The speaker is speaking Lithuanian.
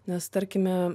nes tarkime